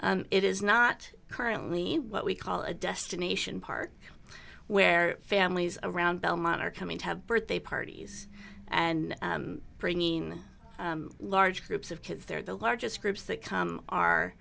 area it is not currently what we call a destination park where families around belmont are coming to have birthday parties and bringing large groups of kids there the largest groups that come are